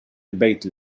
البيت